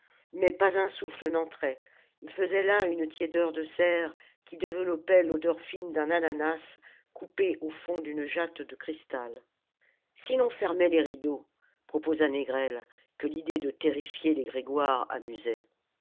mais pas un souffle n'entrait il faisait là une tiédeur de serre qui développait l'odeur fine d'un ananas coupé au fond d'une jatte de cristal si l'on fermait les rideaux proposa négrel que l'idée de terrifier les grégoire amusait